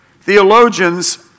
Theologians